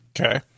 Okay